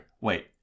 Wait